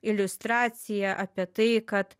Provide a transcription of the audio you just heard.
iliustracija apie tai kad